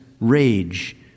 rage